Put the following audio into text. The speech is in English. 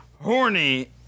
horny